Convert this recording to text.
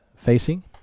facing